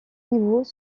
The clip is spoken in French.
niveaux